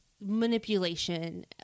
manipulation